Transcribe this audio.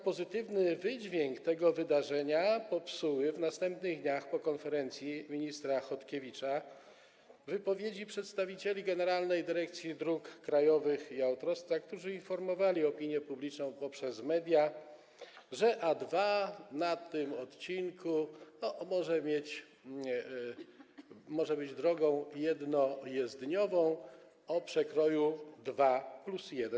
Pozytywny wydźwięk tego wydarzenia popsuły w następnych dniach po konferencji ministra Chodkiewicza wypowiedzi przedstawicieli Generalnej Dyrekcji Dróg Krajowych i Autostrad, którzy informowali opinię publiczną poprzez media, że A2 na tym odcinku może być drogą jednojezdniową o przekroju 2+1.